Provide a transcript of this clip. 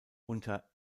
unter